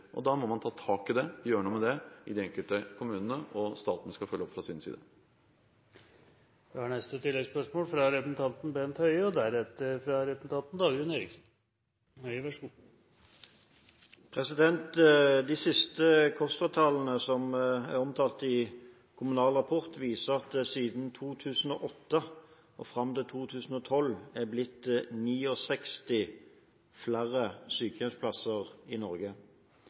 Da må man ta tak i det og gjøre noe med det i de enkelte kommunene. Staten skal følge opp fra sin side. Bent Høie – til oppfølgingsspørsmål. De siste KOSTRA-tallene som er omtalt i Kommunal Rapport, viser at siden 2008 og fram til 2012 er det blitt 69 flere sykehjemsplasser i Norge.